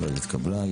ההסתייגות לא התקבלה.